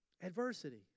Adversity